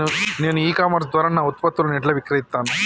నేను e commerce ద్వారా నా ఉత్పత్తులను ఎట్లా విక్రయిత్తను?